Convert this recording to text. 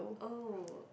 oh